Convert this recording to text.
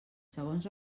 segons